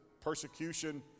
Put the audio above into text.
persecution